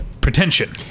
pretension